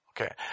Okay